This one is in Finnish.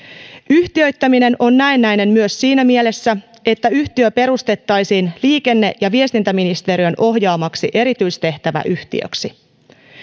yhtiöittäminen on näennäinen myös siinä mielessä että yhtiö perustettaisiin liikenne ja viestintäministeriön ohjaamaksi erityistehtäväyhtiöksi